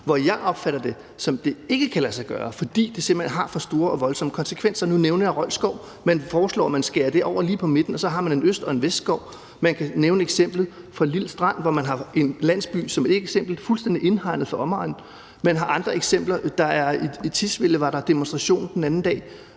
jeg mener det ikke kan lade sig gøre, fordi det simpelt hen har for store og voldsomme konsekvenser. Nu nævner jeg Rold Skov; man foreslår, at man skærer det over lige på midten, og så har man en øst- og en vestskov. Man kan nævne eksemplet fra Lild Strand, hvor man har en landsby, som er fuldstændig indhegnet fra omegnen. Man har andre eksempler; i Tisvilde var der demonstrationer den anden dag,